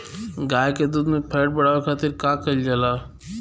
गाय के दूध में फैट बढ़ावे खातिर का कइल जाला?